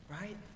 Right